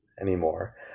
anymore